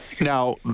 Now